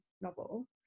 novel